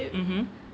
mmhmm